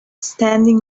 standing